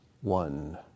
one